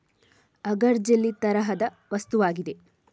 agar jelly ತರಹದ ವಸ್ತುವಾಗಿದೆ